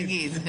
נגיד.